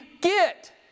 get